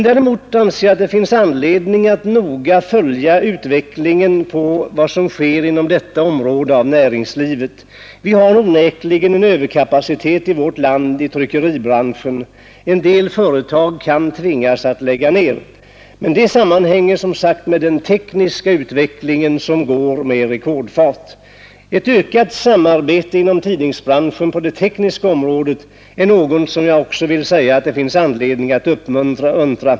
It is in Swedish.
Däremot anser jag att det finns anledning att noga följa utvecklingen på detta område av näringslivet. Vi har onekligen en överkapacitet i tryckeribranschen i vårt land. En del företag kan tvingas lägga ned. Men det sammanhänger som sagt med den tekniska utvecklingen, som går med rekordfart. Ett ökat samarbete inom tidningsbranschen på det tekniska området finns det också anledning att uppmuntra.